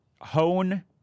Hone